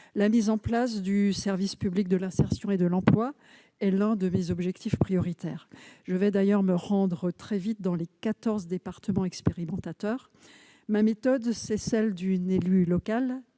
La mise en place du service public de l'insertion et de l'emploi, le SPIE, est l'un de mes objectifs prioritaires. Je vais d'ailleurs me rendre prochainement dans les 14 départements expérimentateurs. Ma méthode est celle d'une élue locale